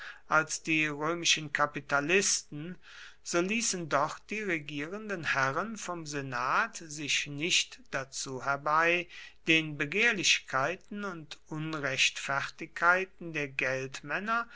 als die römischen kapitalisten so ließen doch die regierenden herren vom senat sich nicht dazu herbei den begehrlichkeiten und unrechtfertigkeiten der geldmänner